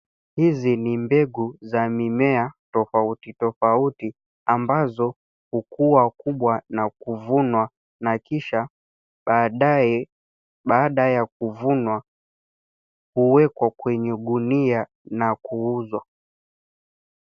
Hizi ni mbegu za mimea tofauti tofauti ambazo hukua kubwa na kuvunwa na kisha baadaye baada ya kuvunwa huwekwa kwenye gunia na kuuzwa.